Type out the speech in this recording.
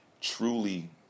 truly